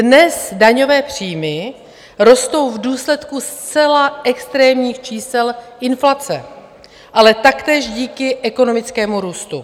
Dnes daňové příjmy rostou v důsledku zcela extrémních čísel inflace, ale taktéž díky ekonomickému růstu.